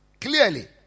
clearly